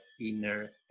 inner